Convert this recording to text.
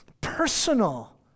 personal